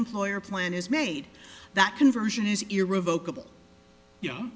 employer plan is made that conversion is irrevocably